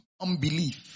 Unbelief